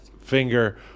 finger